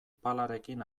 palarekin